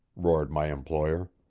roared my employer.